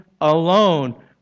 alone